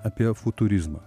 apie futurizmą